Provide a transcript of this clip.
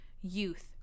youth